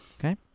Okay